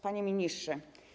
Panie Ministrze!